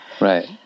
Right